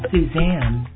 Suzanne